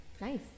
Nice